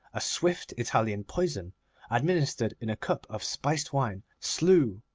a swift italian poison administered in a cup of spiced wine, slew,